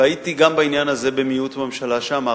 והייתי גם בעניין הזה במיעוט בממשלה שאמרתי: